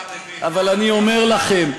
השר לוין, אבל אני אומר לכם,